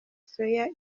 soya